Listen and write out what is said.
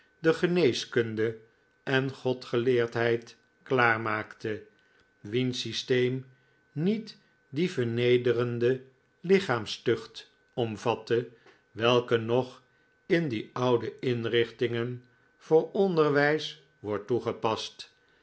de geneeskunde en godgeleerdheid klaarmaakte wiens systeem niet die vernederende lichaamstucht omvatte welke nog in die oude inrichtingen voor onderwijs wordt toegepast